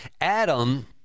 Adam